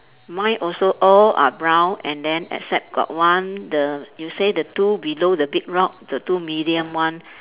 mine also all are brown and then except got one the you say the two below the big rock the two medium one